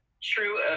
true